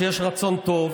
אני למדתי שכשיש רצון טוב,